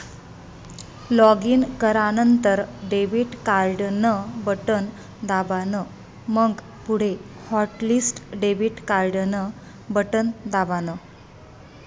login करानंतर debit card न button दाबान, मंग पुढे हॉटलिस्ट डेबिट कार्डन बटन दाबान